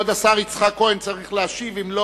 כבוד השר יצחק כהן צריך להשיב, ואם לא,